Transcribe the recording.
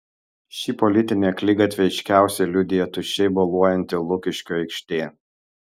šį politinį akligatvį aiškiausiai liudija tuščiai boluojanti lukiškių aikštė